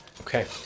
Okay